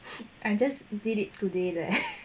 I just did it today leh